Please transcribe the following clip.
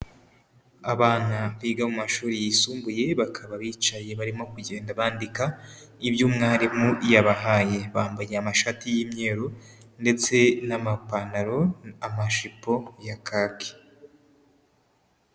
Abana biga mu mashuri yisumbuye bakaba bicaye barimo kugenda bandika ibyo umwarimu yabahaye, bambaye amashati y'imyeru ndetse n'amapantaro, amajipo ya kaki.